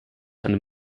eine